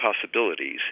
possibilities